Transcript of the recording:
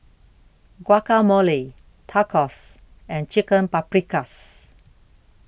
Guacamole Tacos and Chicken Paprikas